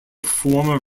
former